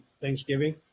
Thanksgiving